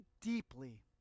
deeply